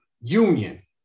union